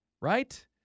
right